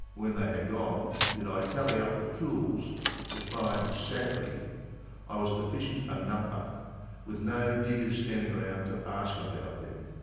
when they had gone, did i tally up the tools to find sadly i was deficient a number with no diggers standing around to ask about them.